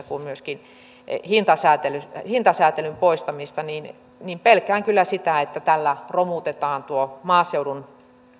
kuin myöskin hintasääntelyn poistamista niin niin pelkään kyllä että tällä romutetaan maaseudun